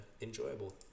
enjoyable